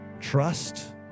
Trust